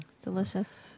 Delicious